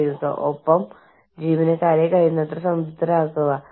middle ഈസ്റ്റിലും ഇന്ത്യയിലും പാക്കിസ്ഥാനിലും നിങ്ങൾ ബക്ഷീഷ് എന്ന് പറയും